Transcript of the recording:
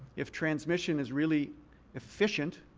if transmission is really efficient